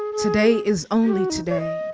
today is only today.